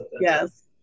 Yes